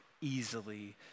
easily